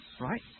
right